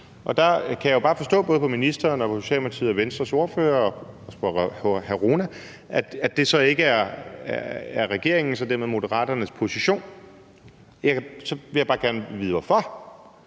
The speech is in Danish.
og der kan jeg jo bare forstå på både ministeren og på Socialdemokratiet og Venstres ordfører og også på hr. Mohammad Rona, at det så ikke er regeringens og dermed heller ikke Moderaternes position, og så vil jeg bare gerne vide hvorfor.